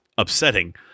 upsetting